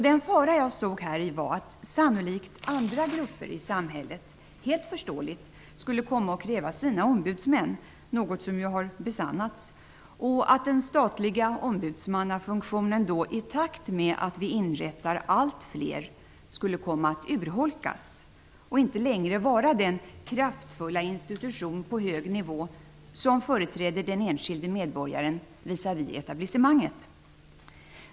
Den fara jag såg häri var att sannolikt andra grupper i samhället helt förståeligt skulle komma att kräva sina ombudsmän -- något som ju har besannats -- och att den statliga ombudsmannafunktionen, i takt med att vi inrättar allt fler, skulle komma att urholkas och inte längre vara den kraftfulla institution på hög nivå som företräder den enskilde medborgaren visavi etablissemanget.